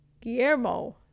Guillermo